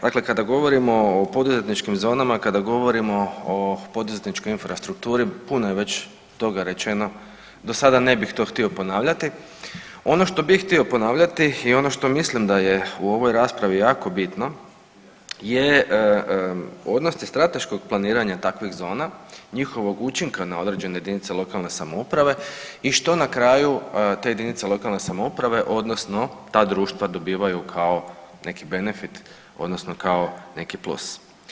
Dakle, kada govorimo o poduzetničkim zonama, kada govorimo o poduzetničkoj infrastrukturi puno je već toga rečeno do sada ne bih to htio ponavljati, ono što bi htio ponavljati i ono što mislim da je u ovoj raspravi jako bitno je odnosi strateškog planiranja takvih zona, njihovog učinka na određene jedinice lokalne samouprave i što na kraju te jedinice lokalne samouprave odnosno ta društva dobivaju kao neki benefit odnosno kao neki plus.